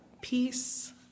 Peace